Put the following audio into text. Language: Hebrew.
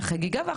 בבקשה.